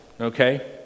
okay